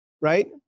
Right